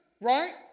right